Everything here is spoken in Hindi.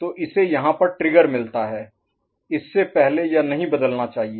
तो इसे यहाँ पर ट्रिगर मिलता है इससे पहले यह नहीं बदलना चाहिए